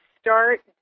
start